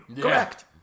Correct